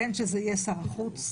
בין שזה יהיה שר החוץ,